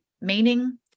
meaning